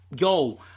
yo